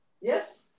Yes